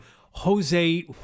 Jose